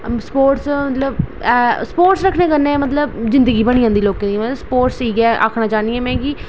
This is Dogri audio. स्पोर्टस मतलब स्पोर्टस रक्खने कन्नै मतलब जिंदगी बनी जंदी लोकें दी स्पोर्टस मतलब में आक्खना चाह्न्नी आं कि